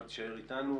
אבל תישאר אתנו.